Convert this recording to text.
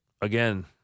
Again